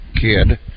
Kid